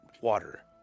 water